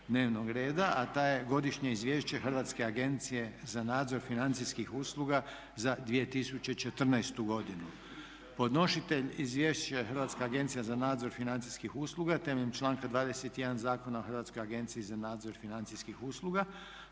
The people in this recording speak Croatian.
a ta je - Godišnje izvješće Hrvatske agencije za nadzor financijskih usluga za 2014. godinu Podnositelj izvješća je Hrvatska agencija za nadzor financijskih usluga temeljem članka 21. Zakona o Hrvatskoj agenciji za nadzor financijskih usluga.